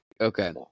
okay